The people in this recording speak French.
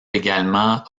également